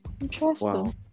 Interesting